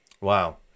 Wow